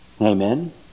Amen